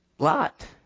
Lot